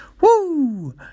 Woo